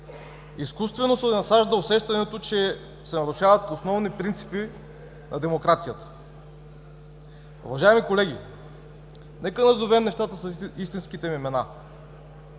Изкуствено се насажда усещането, че се нарушават основни принципи на демокрацията. Уважаеми колеги, нека назовем нещата с истинските им имена.